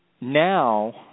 Now